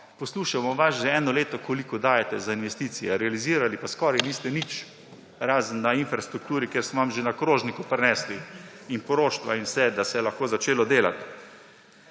poslušamo vas že eno leto, koliko dajete za investicije, realizirali pa niste skoraj nič, razen na infrastrukturi, kjer so vam že na krožniku prinesli in poroštva in vse, da se je lahko začelo delati.